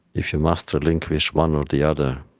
if you must relinquish one or the other,